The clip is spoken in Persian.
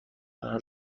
راه